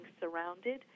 surrounded